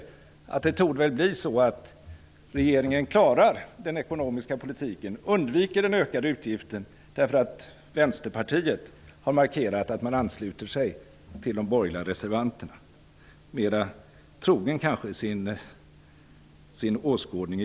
Jag kan tillägga att regeringen torde klara den ekonomiska politiken och undvika den ökade utgiften därför att Vänsterpartiet har markerat att man ansluter sig till de borgerliga reservanterna, kanske i grunden mer trogen sin åskådning.